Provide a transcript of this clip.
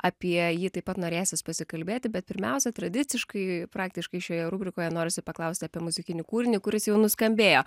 apie jį taip pat norėsis pasikalbėti bet pirmiausia tradiciškai praktiškai šioje rubrikoje norisi paklausti apie muzikinį kūrinį kuris jau nuskambėjo